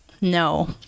No